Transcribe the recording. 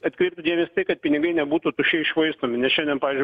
atkreiptų dėmesį į tai kad pinigai nebūtų tuščiai iššvaistomi nes šiandien pavyzdžiui